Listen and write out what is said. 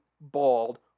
bald